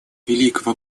великого